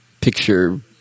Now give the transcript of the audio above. picture